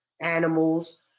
animals